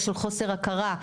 או של חוסר הכרה,